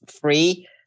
free